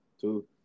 Two